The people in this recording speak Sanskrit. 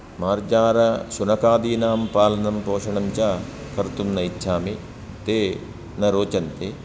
मार्जारशुनकादीनां पालनं पोषणं च कर्तुं न इच्छामि ते न रोचन्ते